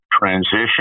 transition